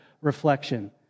reflection